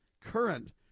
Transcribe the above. current